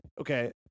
Okay